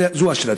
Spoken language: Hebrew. זו השאלה.